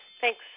thanks